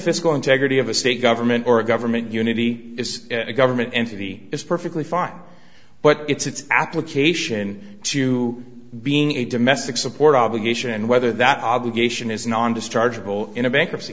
fiscal integrity of a state government or government unity is a government entity is perfectly fine but its application to being a domestic support obligation whether that obligation is non dischargeable in a bankruptcy